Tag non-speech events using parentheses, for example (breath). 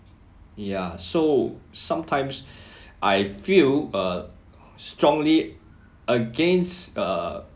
ya so sometimes (breath) I feel uh strongly against err